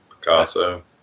Picasso